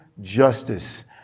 justice